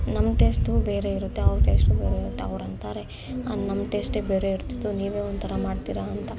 ನಮ್ಮ ಟೇಸ್ಟು ಬೇರೆ ಇರುತ್ತೆ ಅವ್ರ ಟೇಸ್ಟು ಬೇರೆ ಇರುತ್ತೆ ಅವ್ರು ಅಂತಾರೆ ಅದು ನಮ್ಮ ಟೇಸ್ಟೇ ಬೇರೆ ಇರ್ತಿತ್ತು ನೀವೇ ಒಂಥರ ಮಾಡ್ತೀರಾ ಅಂತ